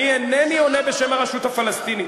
אינני עונה בשם הרשות הפלסטינית,